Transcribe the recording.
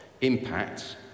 impacts